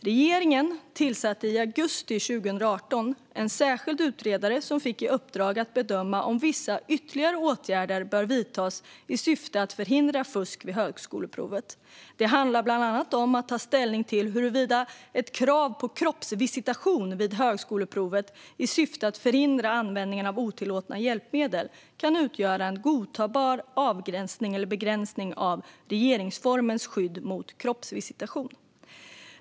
Regeringen tillsatte i augusti 2018 en särskild utredare som fick i uppdrag att bedöma om vissa ytterligare åtgärder bör vidtas i syfte att förhindra fusk vid högskoleprovet. Det handlar bland annat om att ta ställning till om huruvida ett krav på kroppsvisitation vid högskoleprovet i syfte att förhindra användningen av otillåtna hjälpmedel kan utgöra en godtagbar begränsning av regeringsformens skydd mot kroppsvisitation.